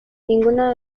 ninguno